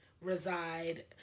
reside